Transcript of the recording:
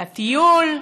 טיול,